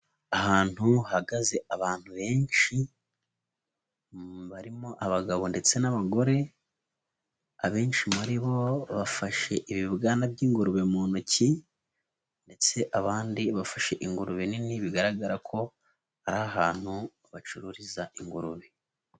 Ahantu hahagaze abantu benshi, barimo abagabo ndetse n'abagore, abenshi muri bo bafashe ibibwana by'ingurube mu ntoki, ndetse abandi bafashe ingurube nini bigaragara ko ari ahantu bacururiza ingurube.